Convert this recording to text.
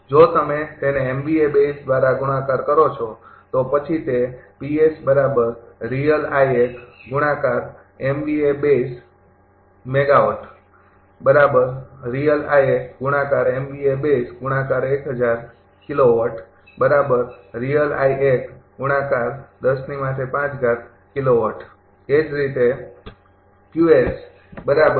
જો તમે તેને બેઝ દ્વારા ગુણાકાર કરો છો તો પછી તે એ જ રીતે બરાબર